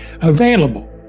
available